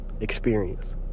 experience